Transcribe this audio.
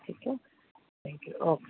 ठीकु आहे thank you okay